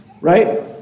Right